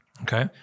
Okay